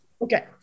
Okay